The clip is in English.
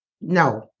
no